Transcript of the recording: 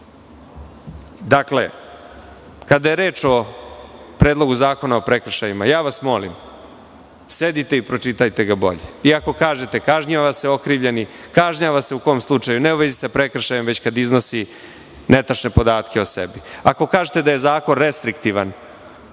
toga. Kada je reč o Predlogu zakona o prekršajima, molim vas da sednete i da ga pročitate bolje. Ako kažete – kažnjava se okrivljeni, kažnjava se u kom slučaju? Ne u vezi sa prekršajem, već kada iznosi netačne podatke o sebi. Ako kažete da je zakon restriktivan,